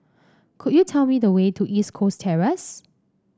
could you tell me the way to East Coast Terrace